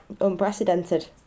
unprecedented